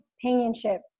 companionship